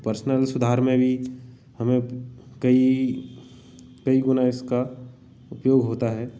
personal सुधार में भी हमें कई कई गुना इसका उपयोग होता है